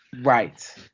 Right